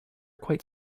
quite